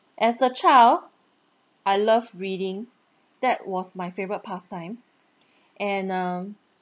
as a child I love reading that was my favourite pastime and uh